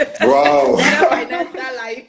Wow